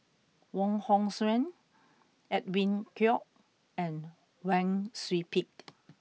Wong Hong Suen Edwin Koek and Wang Sui Pick